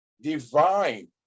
divine